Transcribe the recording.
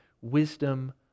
wisdom